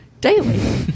Daily